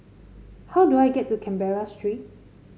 how do I get to Canberra Street